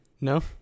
No